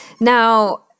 Now